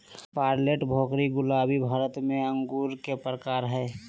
Perlette, Bhokri, गुलाबी भारत में अंगूर के प्रकार हय